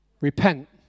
Repent